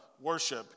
worship